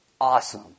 Awesome